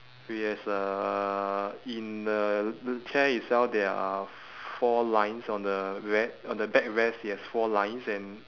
it has uh in the the chair itself there are four lines on the re~ on the backrest it has four lines and